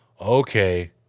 Okay